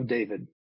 David